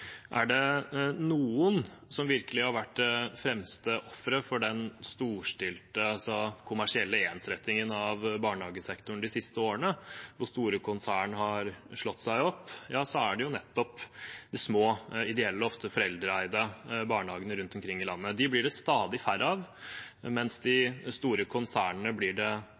Er det noen som virkelig har vært det fremste offeret for den storstilte kommersielle ensrettingen av barnehagesektoren de siste årene, hvor store konsern har slått seg opp, er det jo nettopp de små, ideelle, ofte foreldreeide, barnehagene rundt omkring i landet. Dem blir det stadig færre av, mens de store konsernene blir det